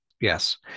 Yes